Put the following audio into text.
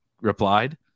replied